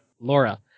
Laura